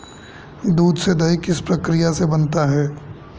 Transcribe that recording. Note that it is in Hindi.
दूध से दही किस प्रक्रिया से बनता है?